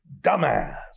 Dumbass